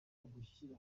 gushyira